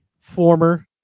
former